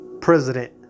president